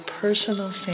personal